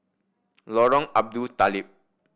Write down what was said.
Lorong Abu Talib